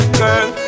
girl